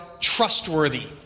trustworthy